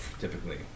typically